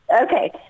Okay